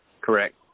Correct